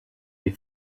les